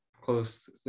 close